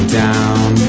down